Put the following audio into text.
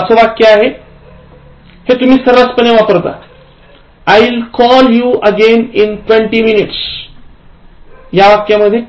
पाचवं हे तुम्ही सर्र्रासपणे वापरता I'll call you again in twenty minutes